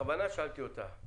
בכוונה שאלתי אותה.